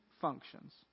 functions